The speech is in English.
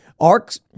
Arc's